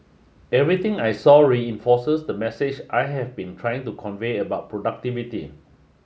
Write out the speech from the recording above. everything I saw reinforces the message I have been trying to convey about productivity